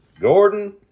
Gordon